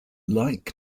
like